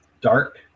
dark